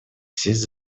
сесть